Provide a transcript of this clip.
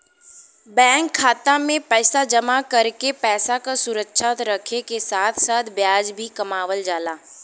bank खाता में पैसा जमा करके पैसा क सुरक्षित रखे क साथ साथ ब्याज भी कमावल जाला